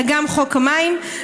אלא גם חוק המים.